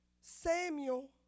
Samuel